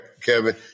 Kevin